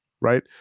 right